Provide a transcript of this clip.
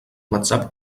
whatsapp